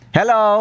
Hello